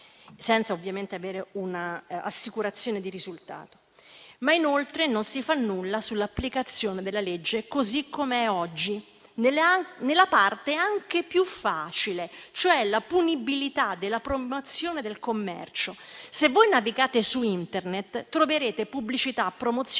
(senza ovviamente avere un'assicurazione di risultato). Inoltre non si fa nulla sull'applicazione della legge così com'è oggi, anche nella parte più facile, cioè la punibilità della promozione del commercio. Se navigate su Internet, troverete pubblicità, promozione